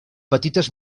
petites